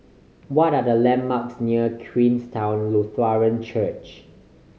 what are the landmarks near Queenstown Lutheran Church